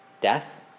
Death